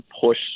push